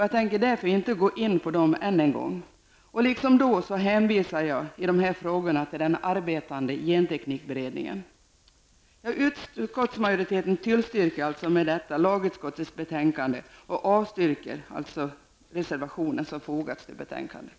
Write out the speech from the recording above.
Jag tänker därför inte gå in på dem än en gång. Liksom då hänvisar jag i dessa frågor till den arbetande genteknikberedningen. Utskottsmajoriteten tillstyrker hemställan i lagutskottets betänkande och avstyrker således reservationen som har fogats till betänkandet.